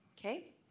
Okay